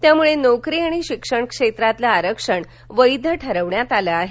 त्यामुळे नोकरी आणि शिक्षण क्षेत्रातलं आरक्षण वैध ठरविण्यात आलं आहे